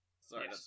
Sorry